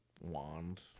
wand